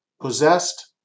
possessed